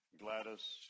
Gladys